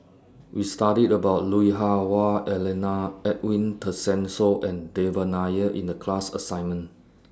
We studied about Lui Hah Wah Elena Edwin Tessensohn and Devan Nair in The class assignment